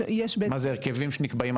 יש בית --- מזה הרכבים שנקבעים,